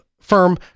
firm